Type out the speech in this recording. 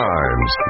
Times